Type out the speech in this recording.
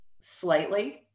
slightly